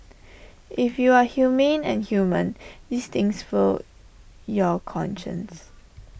if you are humane and human these things will your conscience